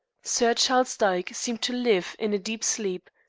sir charles dyke seemed to live in a deep sleep,